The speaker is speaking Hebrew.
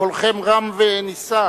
קולכם רם ונישא.